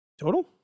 Total